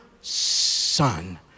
son